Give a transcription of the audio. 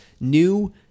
new